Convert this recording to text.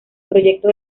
proyecto